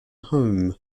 home